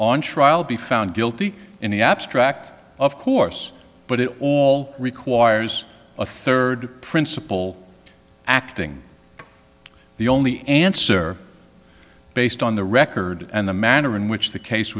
on trial be found guilty in the abstract of course but it all requires a third principle acting the only answer based on the record and the manner in which the case